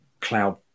cloud